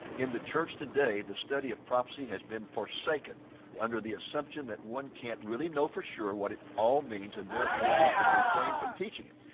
in the church today the study of prophecy has been forsaken under the assumption that one can't really know for sure what it all means, and therefore we should refrain from teaching it.